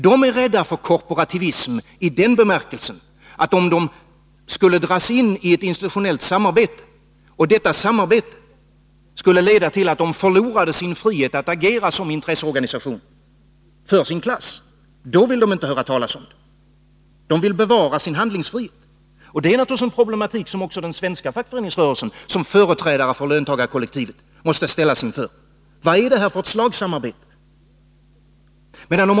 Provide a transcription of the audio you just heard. De är rädda för korporativism i den bemärkelsen, att om de skulle dras in i ett institutionellt samarbete och detta ledde till att de förlorade sin frihet att agera som intresseorganisation för sin klass, då vill de inte höra talas om det. De vill bevara sin handlingsfrihet. Det här är naturligtvis en problematik som också den svenska fackföreningsrörelsen som företrädare för löntagarkollektivet måste ställas inför. De måste fråga sig: Vilket slags samarbete är detta?